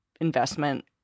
investment